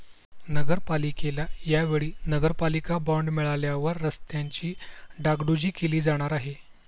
नगरपालिकेला या वेळी नगरपालिका बॉंड मिळाल्यावर रस्त्यांची डागडुजी केली जाणार आहे